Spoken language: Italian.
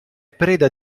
preda